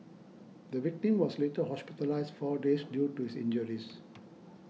the victim was later hospitalised four days due to his injuries